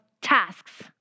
tasks